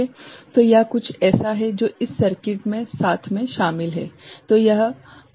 तो यह कुछ ऐसा है जो इस सर्किट में साथ मे शामिल है